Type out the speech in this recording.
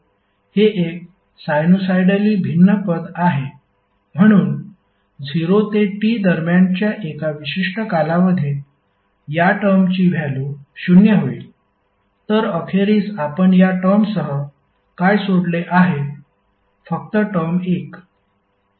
हे एक साइनुसॉईली भिन्न पद आहे म्हणून 0 ते T दरम्यानच्या एका विशिष्ट कालावधीत या टर्म्सची व्हॅल्यु 0 होईल तर अखेरीस आपण या टर्मसह काय सोडले आहे फक्त टर्म 1